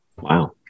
wow